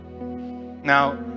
Now